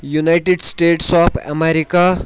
United States of America